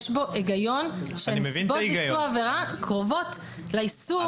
יש בו הגיון שנסיבות ביצוע העבירה קרובות לאיסור.